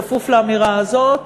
בכפוף לאמירה הזאת,